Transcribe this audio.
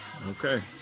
Okay